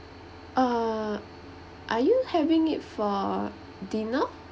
uh are you having it for dinner